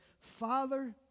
Father